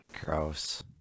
gross